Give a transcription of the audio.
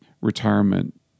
retirement